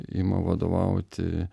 ima vadovauti